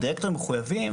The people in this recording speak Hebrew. הדירקטורים מחוייבים,